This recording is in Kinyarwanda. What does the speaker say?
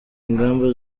ingamba